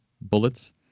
bullets